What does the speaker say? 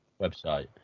website